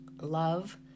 love